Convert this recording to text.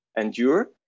endure